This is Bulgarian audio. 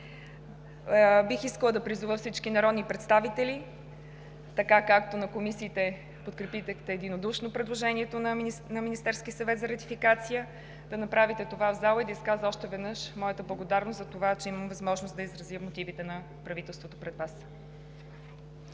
Бих искала да призова всички народни представители – както в комисиите подкрепихте единодушно предложението на Министерския съвет за ратификация, да направите това и в залата. Да изкажа още веднъж моята благодарност за това, че имам възможност да изразя мотивите на правителството пред Вас.